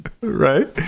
Right